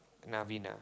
Naveen ah